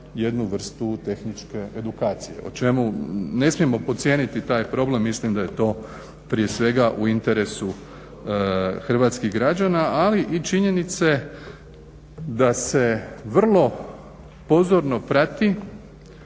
jednu vrstu tehničke edukacije. Ne smijemo podcijeniti taj problem, mislim da je to prije svega u interesu hrvatskih građana ali i činjenice da se vrlo pozorno prati